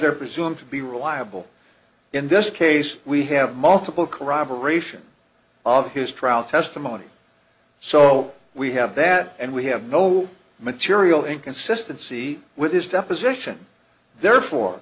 they're presumed to be reliable in this case we have multiple corroboration of his trial testimony so we have that and we have no material inconsistency with his deposition therefore